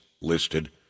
listed